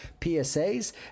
PSAs